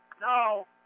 No